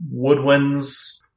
woodwinds